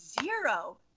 zero